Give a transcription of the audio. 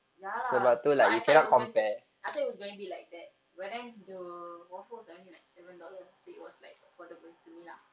ya lah so I thought it was gonna be I thought it was gonna be like that but then the waffles are only like seven dollars so it was like affordable to me lah